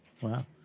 wow